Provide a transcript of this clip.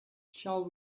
shall